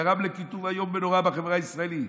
גרם לקיטוב איום ונורא בחברה הישראלית.